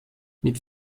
mit